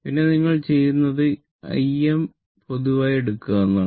പിന്നെ നിങ്ങൾ ചെയ്യുന്നത് Im പൊതുവായി എടുക്കുക എന്നതാണ്